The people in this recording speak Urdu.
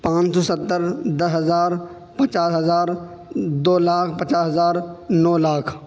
پانچ سو ستّر دس ہزار پچاس ہزار دو لاکھ پچاس ہزار نو لاکھ